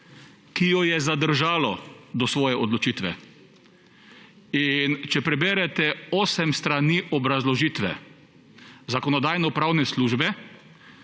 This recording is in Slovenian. ki jo je zadržalo do svoje odločitve. Če preberete osem strani obrazložitve Zakonodajno-pravne službe,